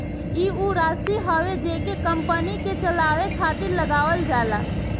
ई ऊ राशी हवे जेके कंपनी के चलावे खातिर लगावल जाला